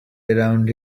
around